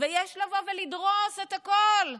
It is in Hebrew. ויש לבוא ולדרוס את הכול,